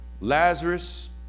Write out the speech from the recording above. Lazarus